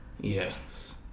Yes